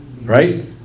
right